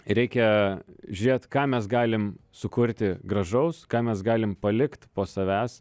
reikia žiūrėt ką mes galim sukurti gražaus ką mes galim palikt po savęs